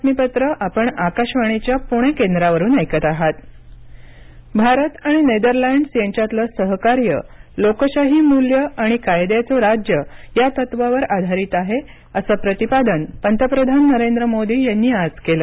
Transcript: पंतप्रधान नेदरलँडस भारत आणि नेदरलँडस् यांच्यातलं सहकार्य लोकशाही मूल्यं आणि कायद्याचं राज्य या तत्त्वावर आधारित आहे असं प्रतिपादन पंतप्रधान नरेंद्र मोदी यांनी आज केलं